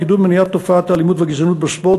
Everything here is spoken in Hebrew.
לקידום מניעת תופעת האלימות והגזענות בספורט,